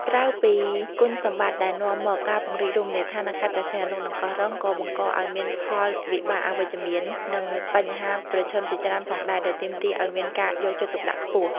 ក្រៅពីគុណសម្បត្តិដែលនាំមក ការពង្រីករមណីយដ្ឋាននៅខេត្តព្រះសីហនុ និងកោះរ៉ុង ក៏បង្កឲ្យមានផលវិបាកអវិជ្ជមាន និងបញ្ហាប្រឈមជាច្រើនផងដែរ ដែលទាមទារឲ្យមានការយកចិត្តទុកដាក់ខ្ពស់។